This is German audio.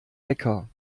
lecker